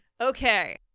Okay